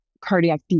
cardiac